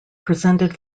presented